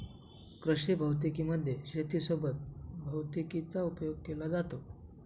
कृषी भौतिकी मध्ये शेती सोबत भैतिकीचा उपयोग केला जातो